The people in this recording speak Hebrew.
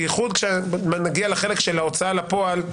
בייחוד כשנגיע לחלק של ההוצאה לפועל,